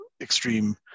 extreme